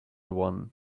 one